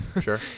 Sure